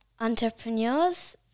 entrepreneurs